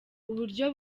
uburyo